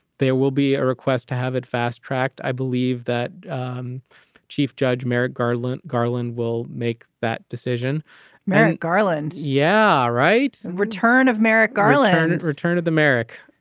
there will be a request to have it fast tracked. i believe that um chief judge merrick garland garland will make that decision merrick garland. yeah. all right. return of merrick garland and return to the merrick